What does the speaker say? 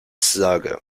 sage